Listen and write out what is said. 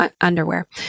underwear